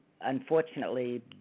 unfortunately